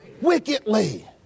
Wickedly